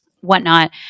whatnot